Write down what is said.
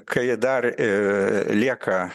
kai dar i lieka